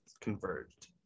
converged